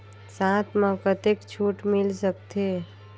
साथ म कतेक छूट मिल सकथे?